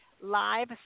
live